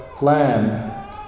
lamb